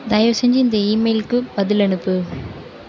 தயவுசெஞ்சு இந்த ஈமெயிலுக்கு பதில் அனுப்பு